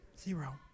Zero